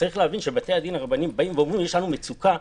צריך להבין שכשבתי-הדין הרבניים אומרים שיש להם מצוקה,